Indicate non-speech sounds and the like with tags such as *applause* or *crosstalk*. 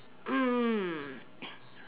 *noise*